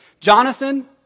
Jonathan